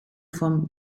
vom